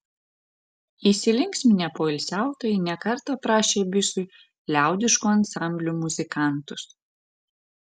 įsilinksminę poilsiautojai ne kartą prašė bisui liaudiškų ansamblių muzikantus